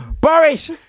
Boris